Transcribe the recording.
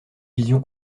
vision